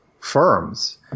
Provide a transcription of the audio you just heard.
firms